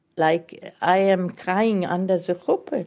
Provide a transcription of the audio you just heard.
like i am crying under the chuppa.